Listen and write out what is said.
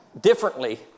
differently